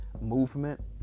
movement